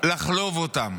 לחלוב אותם.